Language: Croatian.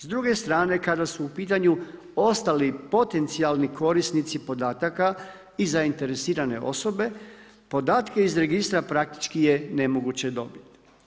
S druge strane kada su u pitanju ostali potencijalni korisnici podataka i zainteresirane osobe, podatke iz registra praktički je nemoguće dobit.